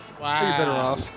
Wow